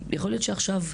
יכול להיות שעכשיו,